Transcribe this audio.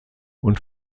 und